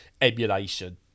emulation